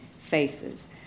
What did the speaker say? faces